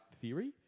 theory